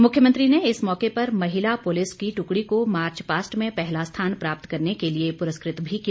मुख्यमंत्री ने इस मौके पर महिला पुलिस की टुकडी को मार्चपास्ट में पहला स्थान प्राप्त करने के लिए पुरस्कृत भी किया